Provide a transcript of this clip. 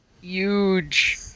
Huge